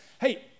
hey